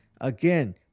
Again